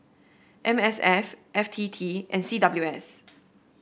M S F F T T and C W S